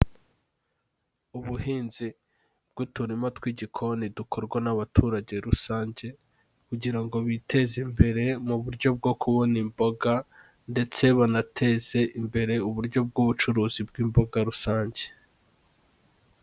Ubuhinzi bw'uturima tw'igikoni dukorwa n'abaturage rusange kugira ngo biteze imbere mu buryo bwo kubona imboga ndetse banateze imbere uburyo bw'ubucuruzi bw'imboga rusange.